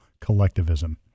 collectivism